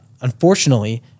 unfortunately